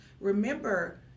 Remember